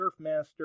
Surfmaster